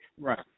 right